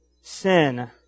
sin